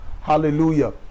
hallelujah